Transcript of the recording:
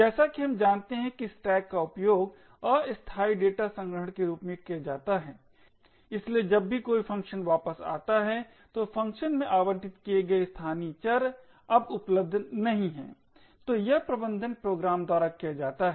जैसा कि हम जानते हैं कि स्टैक का उपयोग अस्थायी डेटा संग्रहण के रूप में किया जाता है इसलिए जब भी कोई फ़ंक्शन वापस आता है तो फ़ंक्शन में आवंटित किए गए स्थानीय चर अब उपलब्ध नहीं हैं